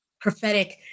prophetic